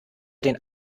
den